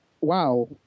wow